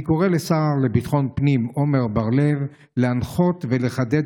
אני קורא לשר לביטחון פנים עמר בר לב להנחות ולחדד